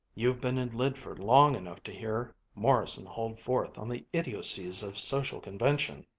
you've been in lydford long enough to hear morrison hold forth on the idiocies of social convention,